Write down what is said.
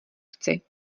chci